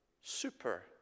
super